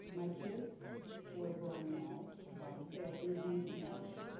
my kids who are grown now say i intervene too much.